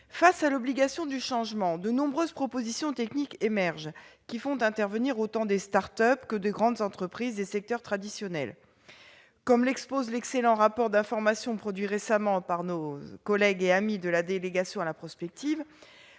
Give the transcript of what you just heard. Face à l'obligation du changement, de nombreuses propositions techniques émergent, qui font intervenir autant des start-up que des grandes entreprises des secteurs traditionnels. Comme l'expose l'excellent rapport d'information produit récemment par nos collègues et amis de la délégation à la prospective,